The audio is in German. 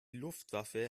luftwaffe